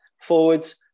forwards